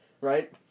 right